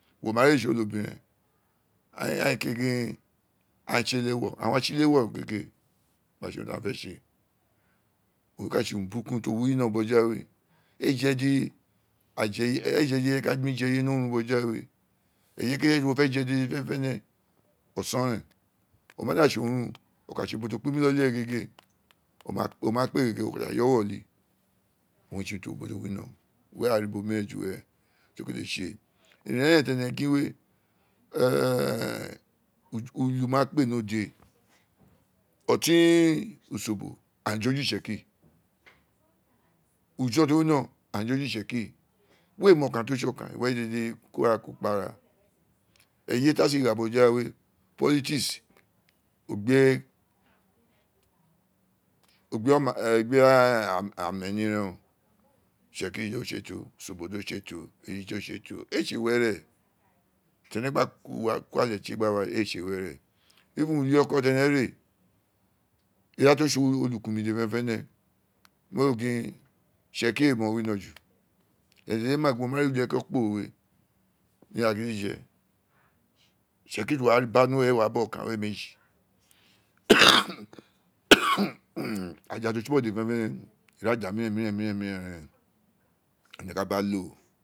Wo ma ri ee tsi onobiren aghaan ee ke gin aa tsi le wo aghaan tsi le wo gege gba tse urun ti aghan fe tse gege a ka tse urun bru kun ti o wino bo ja we ee jedi ireje ka fe je eye ni orun boja we eyi ki eyi ti wo ma fe ji boja we oson ren o ma da tse orun o ka tse ubo ti o kpi mi iloli re gege o ma kpe gege o makpe gege wo ka yo woyi we wa ri ubo niiren ju were ti urun we kele tse ira ren ti eiie gin we ulu ina kpe ni ode otin usobo aghaan jo ju itsekiri ujo ti o wino aghaan jo ju itsekiri we ma okan ti otse akan were iveye dede ko ara ko kpa ara eyi ti aa sin gha boja lue politice owun bi ame hi owun reen oo itsekiri tse toro usobo de tse toro eyi do tse toro ee tse were tene gba ku ale tie gba wa gege ee tse were ulieko ti ene re ireye ti o tse olukumi dede fenefene ren wo wa ri gin itsekiri ce mo wino ju ene dede ma gin wo ma re ulieko ure kporo ni ira gidije itsekiri ti uwo wa ba ni uwere ae wa bogho okan were meji aha ti o tsi bogho dede fene fene ira aja miren miren mien miran reen oo owun ene ba lo ren.